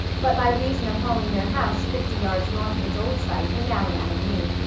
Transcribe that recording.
but, by reason of hauling their house fifty yards north of its old site were now in avonlea.